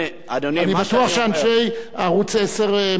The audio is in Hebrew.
ואני בטוח שאנשי ערוץ-10 מבינים זאת,